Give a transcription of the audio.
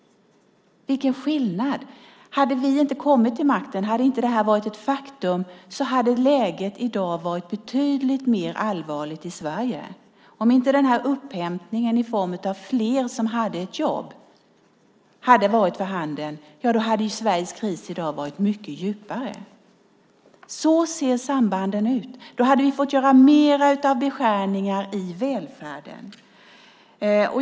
Vilken skillnad! Hade vi inte kommit till makten, hade det här inte varit ett faktum, hade läget i dag varit betydligt mer allvarligt i Sverige. Om inte den här upphämtningen i form av fler som hade ett jobb hade varit för handen hade Sveriges kris i dag varit mycket djupare. Så ser sambanden ut. Då hade vi fått göra mer av nedskärningar i välfärden.